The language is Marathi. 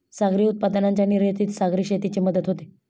सागरी उत्पादनांच्या निर्यातीत सागरी शेतीची मदत होते